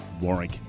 Warwick